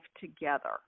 together